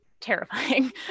terrifying